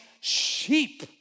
sheep